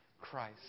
Christ